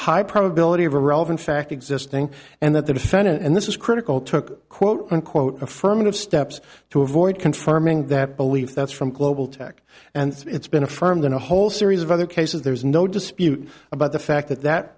high probability of a relevant fact existing and that the defendant and this is critical took quote unquote affirmative steps to avoid confirming that belief that's from global tech and it's been affirmed in a whole series of other cases there's no dispute about the fact that that